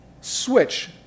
switch